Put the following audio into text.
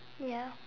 ya